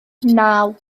naw